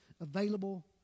available